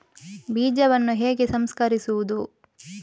ಬೀಜವನ್ನು ಹೇಗೆ ಸಂಸ್ಕರಿಸುವುದು?